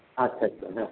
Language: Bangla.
আচ্ছা আচ্ছা হ্যাঁ